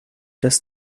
dass